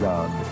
God